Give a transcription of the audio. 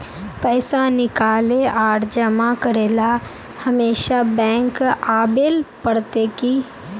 पैसा निकाले आर जमा करेला हमेशा बैंक आबेल पड़ते की?